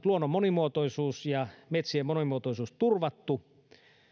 luonnon monimuotoisuus ja metsien monimuotoisuus turvattu